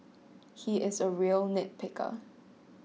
he is a real nitpicker